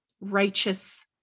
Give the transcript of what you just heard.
righteous